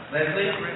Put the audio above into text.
Leslie